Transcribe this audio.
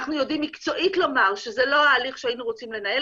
אנחנו יודעים מקצועית לומר שזה לא ההליך שהיינו רוצים לנהל.